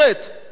זה קדוש.